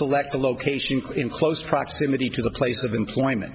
select the location in close proximity to the place of employment